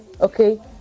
okay